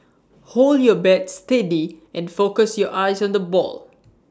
hold your bat steady and focus your eyes on the ball